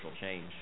change